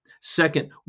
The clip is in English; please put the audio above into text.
Second